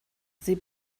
sie